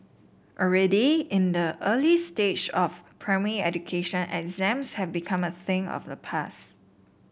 already in the early stages of primary education exams have become a thing of the past